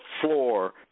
floor